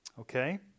Okay